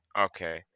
Okay